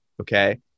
okay